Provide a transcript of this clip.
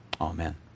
amen